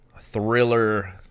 thriller